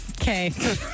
Okay